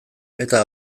eta